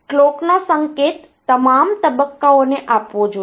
કલોકનો સંકેત તમામ તબક્કાઓને આપવો જોઈએ